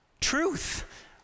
Truth